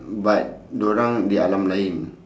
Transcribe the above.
but diorang di alam lain